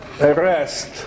arrest